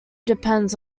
depends